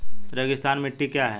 रेगिस्तानी मिट्टी क्या है?